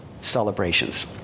celebrations